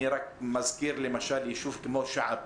אני מזכיר יישוב כמו שעב,